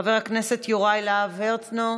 חבר הכנסת יוראי להב הרצנו,